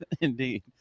indeed